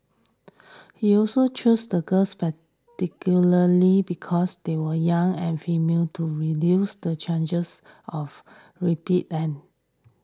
he also chose the girls spectacularly because they were young and female to reduce the changes of